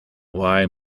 oui